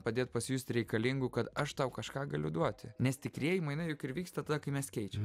padėt pasijusti reikalingu kad aš tau kažką galiu duoti nes tikrieji mainai vyksta tada kai mes keičiam